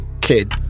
Kid